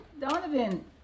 Donovan